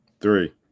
Three